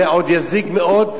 זה עוד יזיק מאוד,